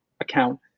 account